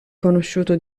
conosciuto